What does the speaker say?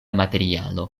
materialo